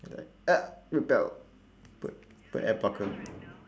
the ah rebelled put put adblocker